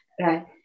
right